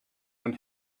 von